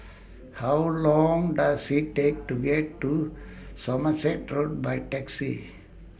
How Long Does IT Take to get to Somerset Road By Taxi